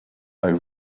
tak